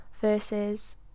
versus